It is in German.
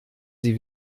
sie